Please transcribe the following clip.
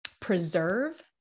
preserve